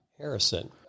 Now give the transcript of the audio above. Harrison